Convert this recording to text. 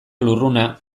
lurruna